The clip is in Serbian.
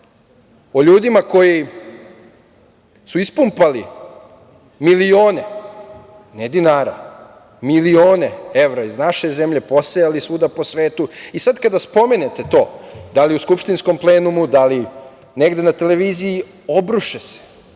o ljudima koji su ispumpali milione, ne dinara, milione evra iz naše zemlje, posejali svuda po svetu. Sad kada spomenete to, da li u skupštinskom plenumu, da li negde na televiziji, obruše se